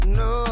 no